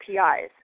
APIs